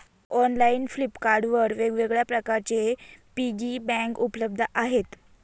online Flipkart वर वेगवेगळ्या प्रकारचे पिगी बँक उपलब्ध आहेत